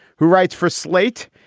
who writes for slate.